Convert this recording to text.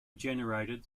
generated